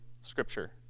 scripture